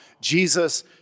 Jesus